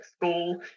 school